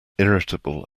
irritable